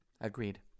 Agreed